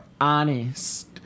honest